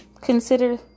consider